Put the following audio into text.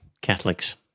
Catholics